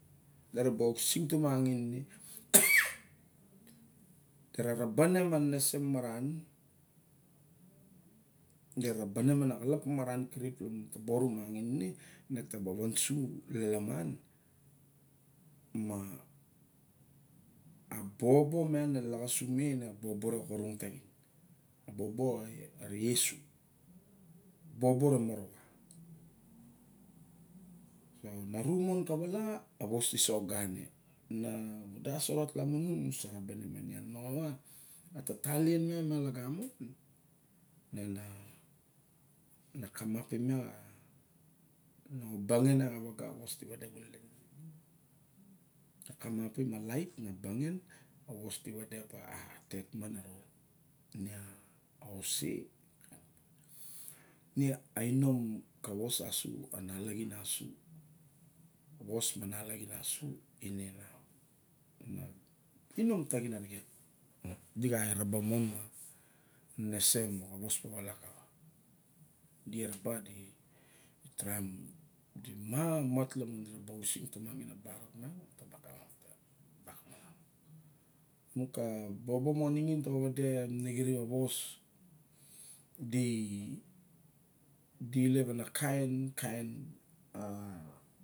De ra ba exisik tumangin. De ra, ra ba ne ma nenese maran. de ra ra ba na ma na xalap maran kirip lamun ne ta ba wan su lalaman. ma bobo miang na laxasu me ina a bobo xa orong taxin a bobo re iesu. Bobo miang na ru mon ka vala a wos di soga ne. Na vadas orait lamun inung nu sararba ne ma nian moxawa a tata lien miang loga mo na- na kamapim iak a no bagen a waga. Avos di wade xulen a ose. Ine a inom ka vos asu a nalaxin asu. Vos ma nalaxin asu ine a inom taxin arixen. Di xa eraba non ma nenese xa vos pawala kawa. Di eraba di taraim, di ma mat la mun di ra ba oxis tuma ngin a barok ma, ne ta ba kamap opa a bak maran. Ne ka bobo mo nixin ta ba wade enexinip a was di ilep kainkain